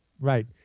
right